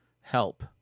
help